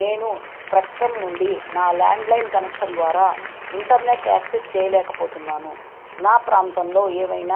నేను స్పెక్ట్రం నుండి నా ల్యాండ్లైన్ కనెక్షన్ ద్వారా ఇంటర్నెట్ యాక్సెస్ చేయలేకపోతున్నాను నా ప్రాంతంలో ఏమైన